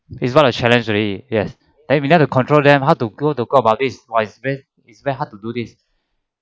it's not a challenge already yes then we need to control them how to go to talk about this while is very hard to do this